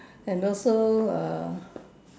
and also err